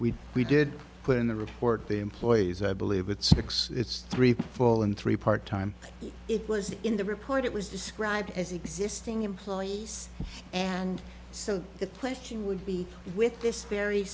street we did put in the report the employees i believe it six it's three full and three part time it was in the report it was described as existing employees and so the question would be with this very